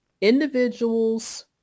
individuals